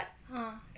ah